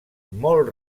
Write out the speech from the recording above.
molt